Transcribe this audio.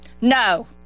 No